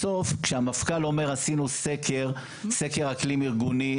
כשהמפכ"ל אומר: עשינו סקר אקלים ארגוני,